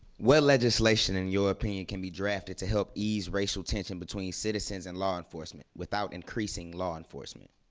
what legislation in your opinion can be drafted to help ease racial tension between citizens and law enforcement without increasing law enforcement?